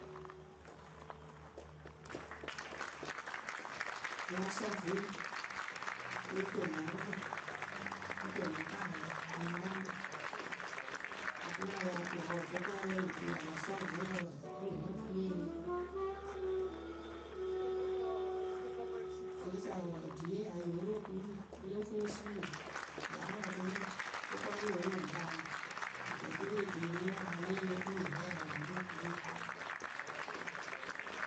A láa sɔɔ vwe, yɨ otoŋ mɔɔrʊkpǝ lo toŋ makayǝ mɨ mɔɔrʊkpǝ oturu a la pɨ la wʊ kʊkɔɛ rɛ pɨ lo ku lǝ a la sɔɔ vweyǝ wǝǝ anyɩŋ nyǝ fɨ nye ri. Rɨkɨsa wǝǝ otuye ya yo ru okuri o lóo fuu osui Yáa lɔ okuri kʊkɔɛ ye o mɨŋkaa wǝ kɨto oturu ekeeriwe a lée ri oturu yɨ ŋkpɛ ya yo ru okuri.